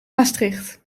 maastricht